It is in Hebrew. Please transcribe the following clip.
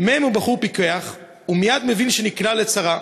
מ' הוא בחור פיקח ומייד מבין שנקלע לצרה.